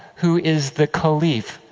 who is the caliph,